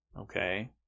Okay